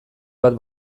bat